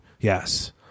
Yes